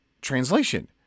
translation